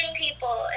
people